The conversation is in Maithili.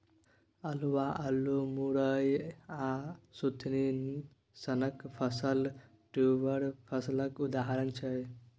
अल्हुआ, अल्लु, मुरय आ सुथनी सनक फसल ट्युबर फसलक उदाहरण छै